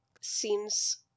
seems